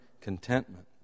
contentment